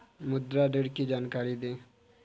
मुद्रा ऋण की जानकारी दें?